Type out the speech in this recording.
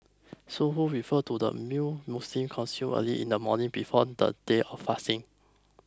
Suhoor refers to the meal Muslims consume early in the morning before the day of fasting